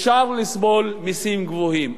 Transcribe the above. אפשר לסבול מסים גבוהים.